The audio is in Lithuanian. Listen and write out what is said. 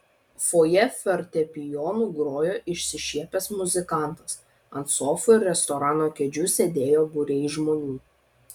fojė fortepijonu grojo išsišiepęs muzikantas ant sofų ir restorano kėdžių sėdėjo būriai žmonių